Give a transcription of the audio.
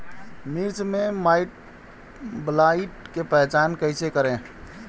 मिर्च मे माईटब्लाइट के पहचान कैसे करे?